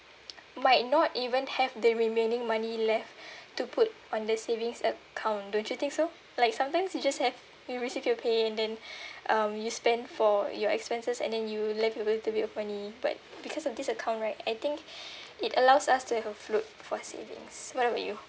might not even have the remaining money left to put on the savings account don't you think so like sometimes you just have you receive your pay and then um you spend for your expenses and then you left with a little bit of money but because of this account right I think it allows us to have a float for savings what about you